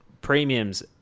premiums